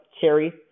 Carrie